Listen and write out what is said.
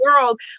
world